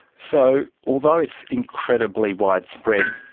so although it's incredibly widespread,